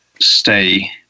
stay